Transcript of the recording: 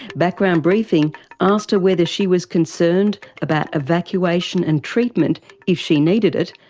background briefing asked her whether she was concerned about evacuation and treatment if she needed it,